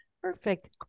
Perfect